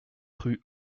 rue